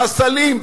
פסלים,